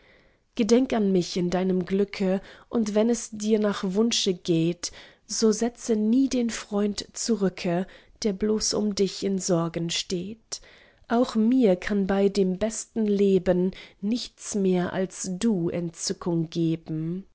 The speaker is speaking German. gedenk an mich in deinem glücke und wenn es dir nach wunsche geht so setze nie den freund zurücke der bloß um dich in sorgen steht auch mir kann bei dem besten leben nichts mehr als du entzückung geben